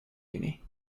uni